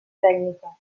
tècnica